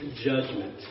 judgment